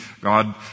God